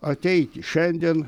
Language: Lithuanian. ateiti šiandien